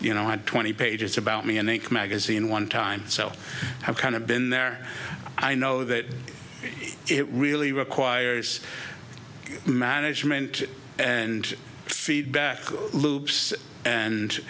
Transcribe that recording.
you know had twenty pages about me in a magazine one time so i've kind of been there i know that it really requires management and feedback